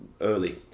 early